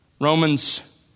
Romans